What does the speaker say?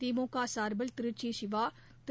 திமுக சார்பில் திருச்சி சிவா திரு